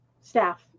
staff